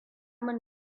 min